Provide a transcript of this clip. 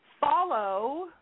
Follow